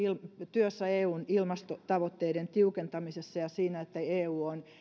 työssä eun ilmastotavoitteiden tiukentamisessa ja siinä että eu on